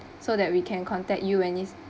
so that we can contact you when it's